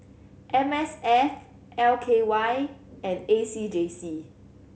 M S F L K Y and A C J C